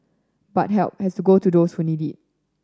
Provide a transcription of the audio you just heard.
but help has go to those who need it